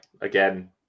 again